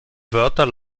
wörter